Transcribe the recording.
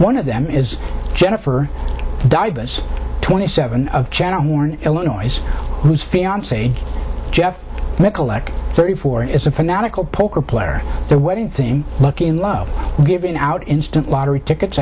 one of them is jennifer diver's twenty seven of channel mourn illinois whose fiance jeff recollect thirty four is a fanatical poker player the wedding thing look in love giving out instant lottery tickets